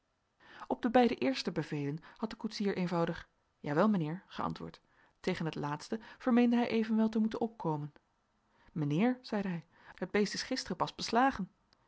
op de beide eerste bevelen had de koetsier eenvoudig jawel mijnheer geantwoord tegen het laatste vermeende hij evenwel te moeten opkomen mijnheer zeide hij het beest is gisteren pas beslagen